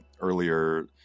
earlier